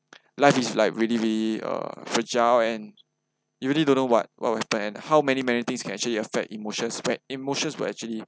life is like really really uh fragile and you really don't know what what will happen and how many many things can actually affect emotion emotions will actually